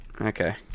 okay